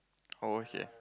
oh okay